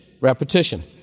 repetition